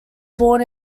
born